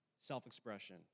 self-expression